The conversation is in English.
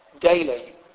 daily